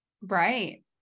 Right